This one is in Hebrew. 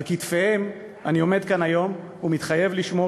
על כתפיהם אני עומד כאן היום ומתחייב לשמור